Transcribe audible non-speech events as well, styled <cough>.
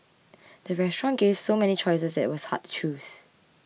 <noise> the restaurant gave so many choices that it was hard to choose